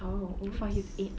!ow! !oops!